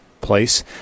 place